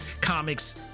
comics